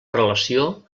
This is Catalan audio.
relació